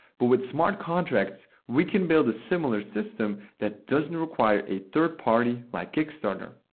but with smart contracts we can build a similar system that doesn't require a third-party like kickstarter.